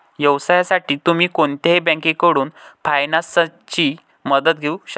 व्यवसायासाठी तुम्ही कोणत्याही बँकेकडून फायनान्सची मदत घेऊ शकता